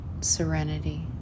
serenity